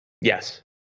Yes